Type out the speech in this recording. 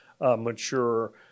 mature